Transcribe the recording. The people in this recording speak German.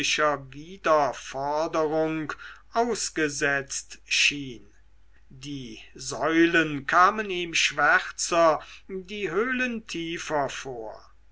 unterirdischer wiederforderung ausgesetzt schien die säulen kamen ihm schwärzer die höhlen tiefer vor